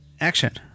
action